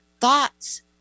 thoughts